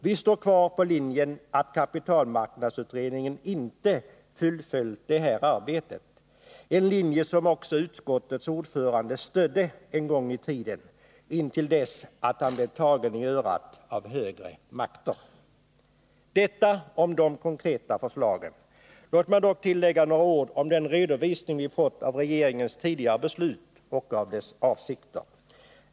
Vi håller fast vid linjen att kapitalmarknadsutredningen inte fullföljt det här arbetet — en linje som också utskottets ordförande stödde en gång i tiden intill dess han blev tagen i örat av högre makter. Detta om de konkreta förslagen. Låt mig dock tillägga några ord om den redovisning vi fått av regeringens tidigare beslut och av dess avsikter.